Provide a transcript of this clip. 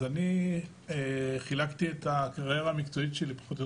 אני חילקתי את הקריירה המקצועית שלי פחות או